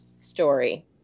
story